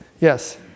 yes